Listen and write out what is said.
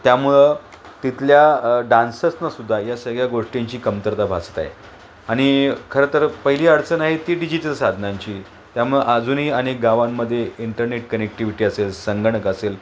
त्यामुळं तिथल्या डान्सर्सनासुद्धा या सगळ्या गोष्टींची कमतरता भासत आहे आणि खरं तर पहिली अडचण आहे ती डिजिटल साधनांची त्यामुळं अजूनही आणि गावांमध्ये इंटरनेट कनेक्टिव्हिटी असेल संगणक असेल